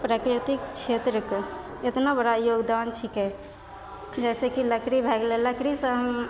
प्राकृतिक छेत्रके इतना बड़ा योगदान छिकै जैसेकि लकड़ी भए गेलै लकड़ी से हम